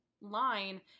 line